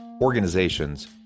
organizations